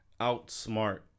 outsmart